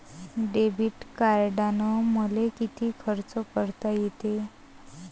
Debit कार्डानं मले किती खर्च करता येते?